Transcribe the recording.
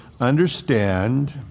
understand